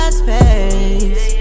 space